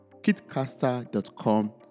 kitcaster.com